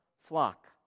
flock